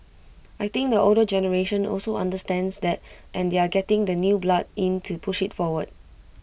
I think the older generation also understands that and they are getting the new blood in to push IT forward